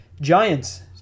Giants